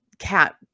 cat